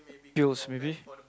pills maybe